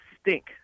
stink